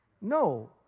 No